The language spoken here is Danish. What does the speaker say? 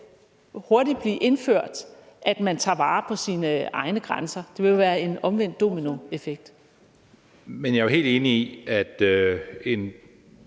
hurtigt blive indført, at man tager vare på sine egne grænser. Det vil jo være en omvendt dominoeffekt. Kl. 15:14 Fjerde næstformand